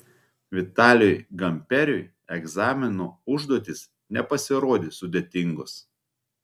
vitalijui gamperiui egzamino užduotys nepasirodė sudėtingos